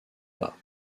bas